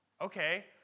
Okay